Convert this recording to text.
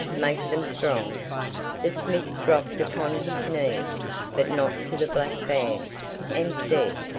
make them strong the smith dropped upon his knee but not to the black band and said,